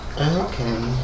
Okay